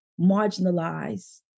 marginalized